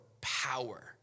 power